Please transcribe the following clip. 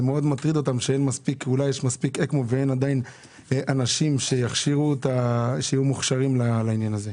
שאין יש מספיק אקמו ואין מספיק אנשים שיהיו מוכשרים לזה.